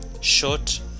short